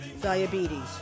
diabetes